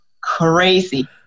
crazy